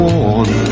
one